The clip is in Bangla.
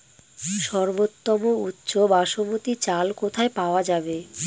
সর্বোওম উচ্চ বাসমতী চাল কোথায় পওয়া যাবে?